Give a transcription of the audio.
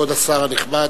כבוד השר הנכבד.